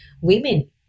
women